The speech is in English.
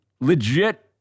legit